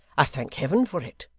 i thank heaven for it